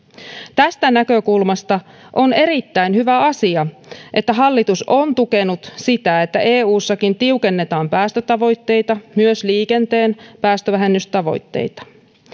tästä näkökulmasta on erittäin hyvä asia että hallitus on tukenut sitä että eussakin tiukennetaan päästötavoitteita myös liikenteen päästövähennystavoitteita